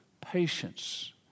Patience